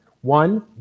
One